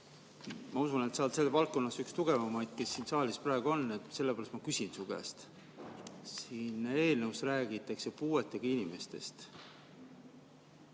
Ma usun, et sa oled selles valdkonnas üks tugevamaid, kes siin saalis praegu on, sellepärast ma küsingi su käest. Eelnõus räägitakse puudega inimestest.